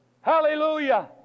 Hallelujah